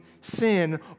sin